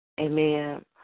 Amen